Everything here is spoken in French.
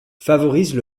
favorisent